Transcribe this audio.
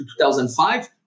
2005